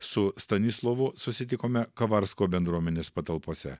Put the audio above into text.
su stanislovu susitikome kavarsko bendruomenės patalpose